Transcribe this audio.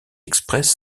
express